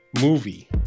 movie